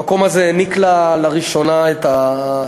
והמקום הזה העניק לה לראשונה את האור.